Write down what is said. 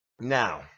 Now